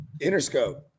Interscope